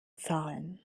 zahlen